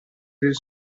del